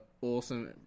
awesome